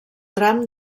tram